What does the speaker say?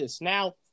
Now